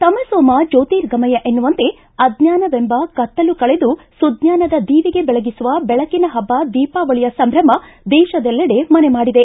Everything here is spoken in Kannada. ತಮಸೋಮಾ ಜ್ಯೋರ್ತಿಗಮಯ ಎನ್ನುವಂತೆ ಅಜ್ಜಾನವೆಂಬ ಕತ್ತಲು ಕಳೆದು ಸುಜ್ಜಾನದ ದೀವಿಗೆ ಬೆಳಗಿಸುವ ಬೆಳಕಿನ ಹಬ್ಬ ದೀಪಾವಳಿಯ ಸಂಭ್ರಮ ದೇಶದೆಲ್ಲೆಡೆ ಮನೆ ಮಾಡಿದೆ